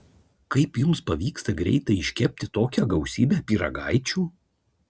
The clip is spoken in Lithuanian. kaip jums pavyksta greitai iškepti tokią gausybę pyragaičių